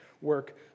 work